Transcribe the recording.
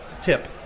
tip